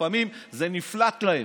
לפעמים זה נפלט להם,